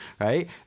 right